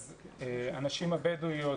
אז הנשים הבדואיות,